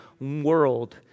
World